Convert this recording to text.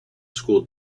school